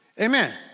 Amen